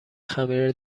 خمیر